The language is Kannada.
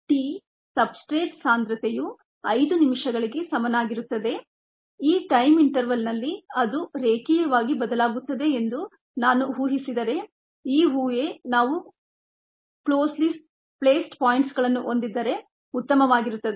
ಆದ್ದರಿಂದ t ಸಬ್ಸ್ಟ್ರೇಟ್ ಸಾಂದ್ರತೆಯು 5 ನಿಮಿಷಗಳಿಗೆ ಸಮನಾಗಿರುತ್ತದೆ ಈ ಟೈಮ್ ಇಂಟರ್ವಲ್ ನಲ್ಲಿ ಅದು ರೇಖೀಯವಾಗಿ ಬದಲಾಗುತ್ತದೆ ಎಂದು ನಾವು ಉಹಿಸಿದರೆ ಈ ಊಹೆ ನಾವು ಕ್ಲೋಸೆಲಿ ಸ್ಪಾಸ್ಡ್ ಪಾಯಿಂಟ್ಸ್ಗಳನ್ನು ಹೊಂದಿದ್ದರೆ ಉತ್ತಮವಾಗಿರುತ್ತದೆ